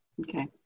Okay